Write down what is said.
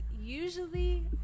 usually